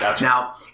Now